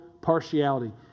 partiality